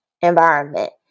environment